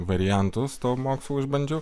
variantus to mokslo išbandžiau